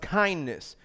kindness